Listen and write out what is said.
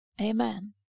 Amen